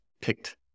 picked